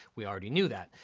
we already knew that.